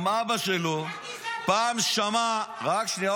גם אבא שלו פעם שמע --- איך גזען אם ביטון נמצאת במפלגה?